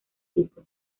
tipo